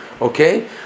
okay